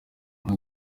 isi